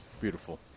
Beautiful